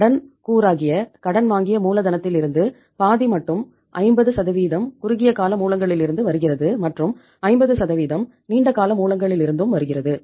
எனவே கடன் கூராகிய கடன் வாங்கிய மூலதனத்திலிருந்து பாதி மட்டும் 50 குறுகிய கால மூலங்களிலிருந்து வருகிறது மற்றும் 50 நீண்ட கால மூலங்களிலிருந்தும் வருகிறது